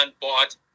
bought